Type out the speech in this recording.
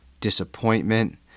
disappointment